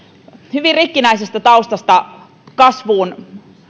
hyvin rikkinäisestä taustasta kasvuun